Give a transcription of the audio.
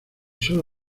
sólo